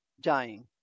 dying